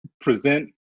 present